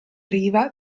riva